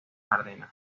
ardenas